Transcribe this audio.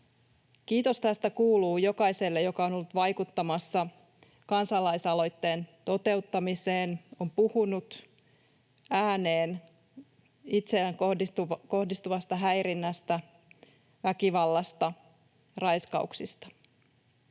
Kiitos tästä kuuluu jokaiselle, joka on ollut vaikuttamassa kansalaisaloitteen toteuttamiseen, on puhunut ääneen itseensä kohdistuvasta häirinnästä, väkivallasta, raiskauksista.